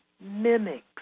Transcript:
mimics